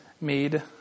made